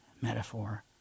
metaphor